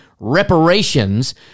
reparations